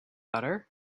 butter